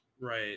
Right